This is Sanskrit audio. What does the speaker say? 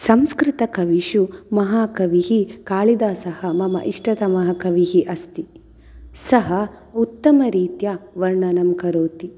संस्कृतकविषु महाकविः कालिदासः मम इष्टतमः कविः अस्ति सः उत्तमरीत्या वर्णनं करोति